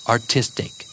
Artistic